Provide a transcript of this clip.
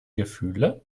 gefühle